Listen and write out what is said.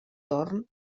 torn